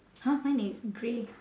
!huh! mine it's grey